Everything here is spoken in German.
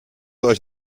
euch